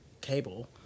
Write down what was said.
Cable